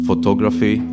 photography